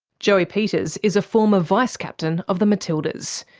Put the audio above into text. joey peters is a former vice captain of the matildas.